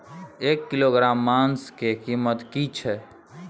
एक किलोग्राम मांस के कीमत की छै?